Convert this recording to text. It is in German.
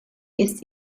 ist